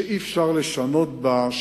שאי-אפשר לשנות בה,